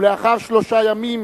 ולאחר שלושה ימים,